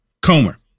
Comer